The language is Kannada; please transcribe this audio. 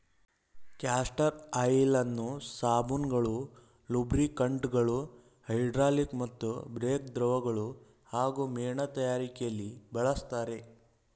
ಕ್ಯಾಸ್ಟರ್ ಆಯಿಲನ್ನು ಸಾಬೂನುಗಳು ಲೂಬ್ರಿಕಂಟ್ಗಳು ಹೈಡ್ರಾಲಿಕ್ ಮತ್ತು ಬ್ರೇಕ್ ದ್ರವಗಳು ಹಾಗೂ ಮೇಣ ತಯಾರಿಕೆಲಿ ಬಳಸ್ತರೆ